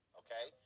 okay